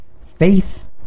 faith